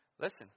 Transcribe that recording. Listen